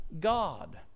God